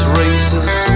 races